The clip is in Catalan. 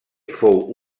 fou